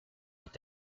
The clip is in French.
est